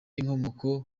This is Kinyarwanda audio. inkomoko